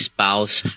Spouse